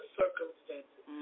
circumstances